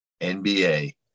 NBA